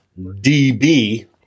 DB